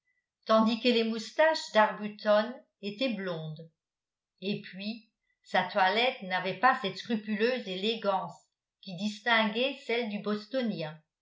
tandis que les moustaches d'arbuton étaient blondes et puis sa toilette n'avait pas cette scrupuleuse élégance qui distinguait celle du bostonien